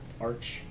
arch